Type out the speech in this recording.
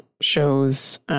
shows